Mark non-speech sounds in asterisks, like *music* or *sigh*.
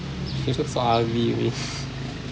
she just looks so ugly to me *laughs*